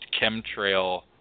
chemtrail